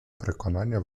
переконання